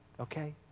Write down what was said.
okay